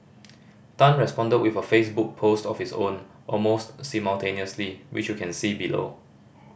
Tan responded with a Facebook post of his own almost simultaneously which you can see below